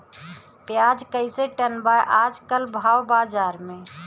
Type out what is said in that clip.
प्याज कइसे टन बा आज कल भाव बाज़ार मे?